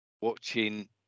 watching